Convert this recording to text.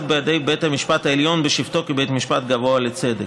בידי בית המשפט העליון בשבתו כבית משפט גבוה לצדק.